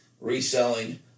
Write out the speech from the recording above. reselling